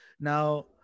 Now